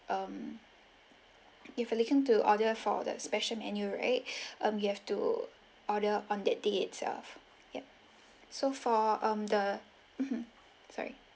um if you are looking to order for the special menu right um you have to order on that day itself yup so for um the mmhmm sorry